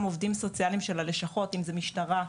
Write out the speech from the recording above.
עובדים סוציאליים של הלשכות אם זה של משטרת ישראל,